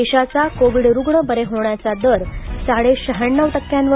देशाचा कोविड रुग्ण बरे होण्याचा दर साडेशहाण्णव टक्क्यांवर